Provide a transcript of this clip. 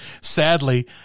sadly